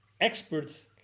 experts